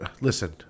Listen